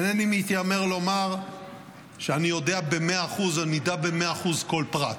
אינני מתיימר לומר שאני יודע ואדע במאה אחוזים כל פרט,